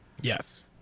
Yes